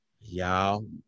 y'all